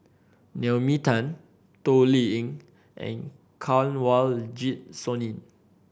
Naomi Tan Toh Liying and Kanwaljit Soin